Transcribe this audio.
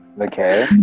okay